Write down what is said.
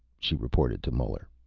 she reported to muller.